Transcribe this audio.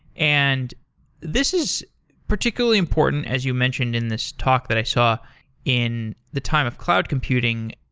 and this is particularly important as you mentioned in this talk that i saw in the time of cloud computing,